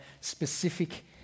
specific